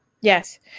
yes